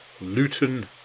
Luton